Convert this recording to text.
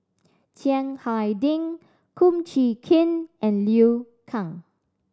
Chiang Hai Ding Kum Chee Kin and Liu Kang